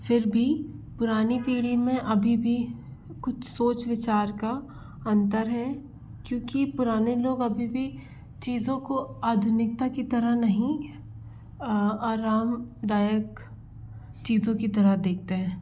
फिर भी पुरानी पीढ़ी में अभी भी कुछ सोच विचार का अंतर है क्योंकि पुराने लोग अभी भी चीज़ों को आधुनिकता की तरह नहीं आरामदायक चीज़ों की तरह देखते हैं